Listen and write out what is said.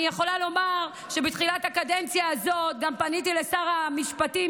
אני יכולה לומר שבתחילת הקדנציה הזאת גם פניתי לשר המשפטים,